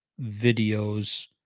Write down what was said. videos